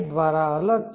દ્વારા અલગ છે